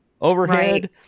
Overhead